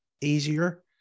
easier